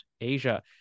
asia